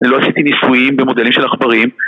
אני לא עשיתי ניסויים במודלים של עכברים